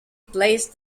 blazed